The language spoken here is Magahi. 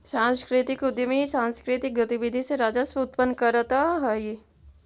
सांस्कृतिक उद्यमी सांकृतिक गतिविधि से राजस्व उत्पन्न करतअ हई